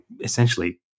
essentially